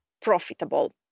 profitable